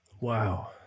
Wow